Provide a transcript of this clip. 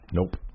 Nope